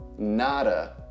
Nada